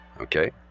Okay